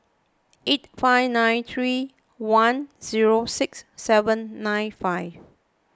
eight five nine three one zero six seven nine five